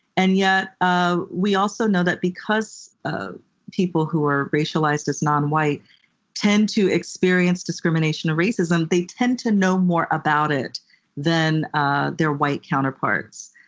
and yet ah we also know that because ah people who are racialized as non-white tend to experience discrimination or racism, they tend to know more about it than ah their white counterparts.